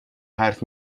حرف